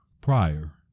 prior